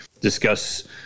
discuss